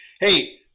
Hey